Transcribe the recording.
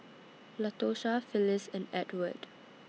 Latosha Phillis and Edward